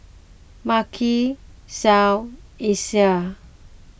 Makai Clell Isiah